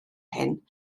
hyn